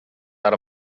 out